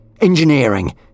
Engineering